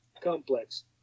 complex